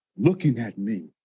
looking at me,